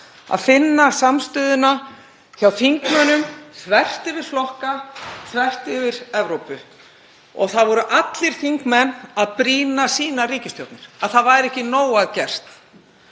að finna samstöðuna hjá þingmönnum þvert yfir flokka, þvert yfir Evrópu. Allir þingmenn voru að brýna sínar ríkisstjórnir, að ekki væri nóg að gert.